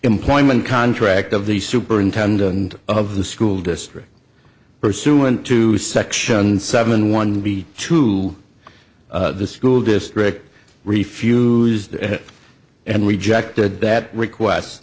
employment contract of the superintendent of the school district pursuant to section seven one be to the school district refused and rejected that requests